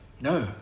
No